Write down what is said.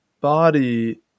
body